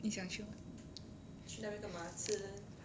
你想去 mah